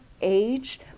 age